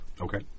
Okay